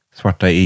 svarta